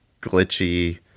glitchy